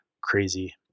crazy